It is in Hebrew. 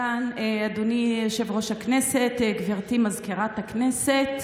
אהלן, אדוני יושב-ראש הכנסת, גברתי מזכירת הכנסת,